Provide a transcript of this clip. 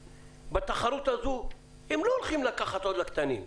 ובתחרות הזאת הם לא הולכים לקחת עוד לקטנים,